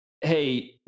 Hey